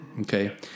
Okay